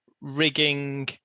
rigging